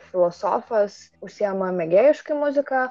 filosofas užsiima mėgėjiškai muzika